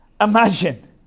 Imagine